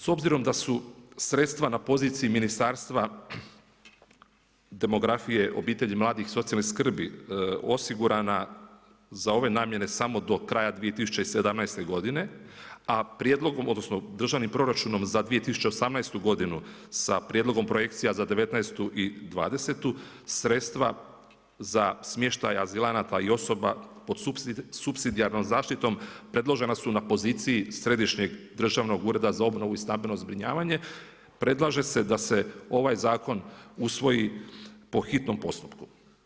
S obzirom da su sredstva na poziciji Ministarstva demografije, obitelji, mladih i socijalne skrbi osigurana za ove namjene samo do kraja 2017. godine, a prijedlogom odnosno državnim proračunom za 2018. godinu sa prijedlogom projekcija za 19. i 20. sredstva za smještaj azilanata i osoba pod supsidijarnom zaštitom predložena su na poziciji Središnjeg državnog ureda za obnovu i stambeno zbrinjavanje, predlaže se da se ovaj zakon usvoji po hitnom postupku.